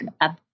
up